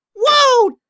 Whoa